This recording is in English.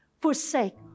forsake